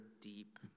deep